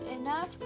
enough